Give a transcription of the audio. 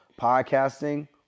podcasting